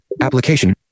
application